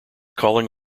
calling